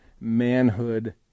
manhood